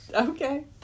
Okay